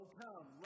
come